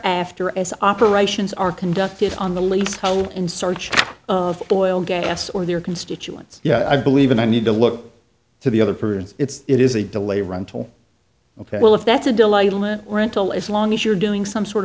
after as operations are conducted on the leasehold in search of oil gas or their constituents yeah i believe in the need to look to the other person's it's it is a delay rental ok well if that's a delightful a rental as long as you're doing some sort